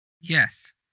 Yes